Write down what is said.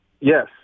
Yes